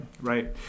right